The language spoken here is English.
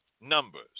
numbers